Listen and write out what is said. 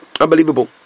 Unbelievable